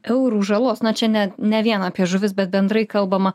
eurų žalos na čia ne ne vien apie žuvis bet bendrai kalbama